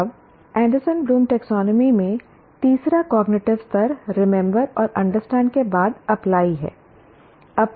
अब Anderson Bloom taxonomy में तीसरा कॉग्निटिव स्तर रिमेंबर और अंडरस्टैंड के बाद अप्लाई ' है